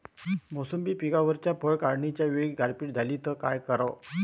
मोसंबी पिकावरच्या फळं काढनीच्या वेळी गारपीट झाली त काय कराव?